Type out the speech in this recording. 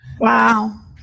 Wow